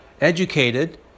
educated